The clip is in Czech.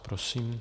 Prosím.